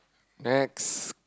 next